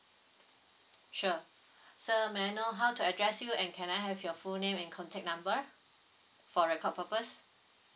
sure sir may I know how to address you and can I have your full name and contact number for record purpose